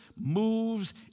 moves